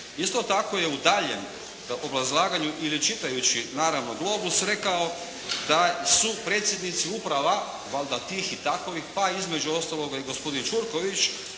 Isto tako je u daljnjem obrazlaganju ili čitajući naravno "Globus" rekao da su predsjednici uprava, valjda tih i takovih pa između ostaloga i gospodin Čurković